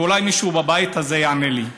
ואולי מישהו בבית הזה יענה לי.